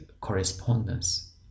correspondence